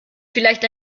vielleicht